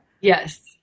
Yes